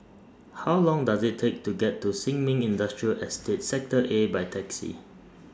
How Long Does IT Take to get to Sin Ming Industrial Estate Sector A By Taxi